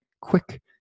quick